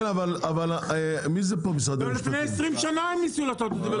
גם לפני 20 שנה הם ניסו לעשות את זה.